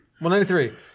193